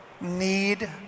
need